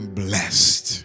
blessed